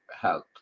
health